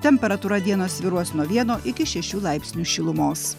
temperatūra dieną svyruos nuo vieno iki šešių laipsnių šilumos